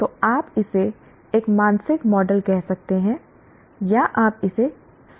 तो आप इसे एक मानसिक मॉडल कह सकते हैं या आप इसे स्कीमा कह सकते हैं